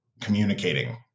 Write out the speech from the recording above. communicating